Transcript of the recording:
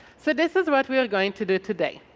so this is what we are going to do today.